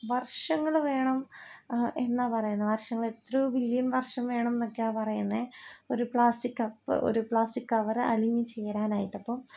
വർഷങ്ങള് വേണം എന്നാ പറയുന്നെ വര്ഷങ്ങളെത്രെയോ ബില്യൺ വർഷം വേണോന്നൊക്കെയാ പറയുന്നെ ഒരു പ്ലാസ്റ്റിക് കപ്പ് ഒരു പ്ലാസ്റ്റിക് കവര് അലിഞ്ഞു ചേരാനായിട്ട് അപ്പോള്